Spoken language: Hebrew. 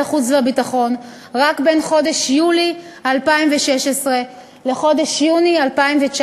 החוץ והביטחון רק בין חודש יולי 2016 לחודש יוני 2019,